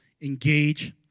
engage